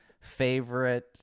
favorite